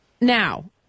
Now